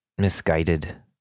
Misguided